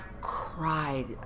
cried